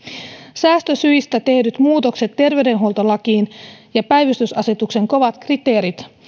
säästösyistä tehdyt muutokset terveydenhuoltolakiin ja päivystysasetuksen kovat kriteerit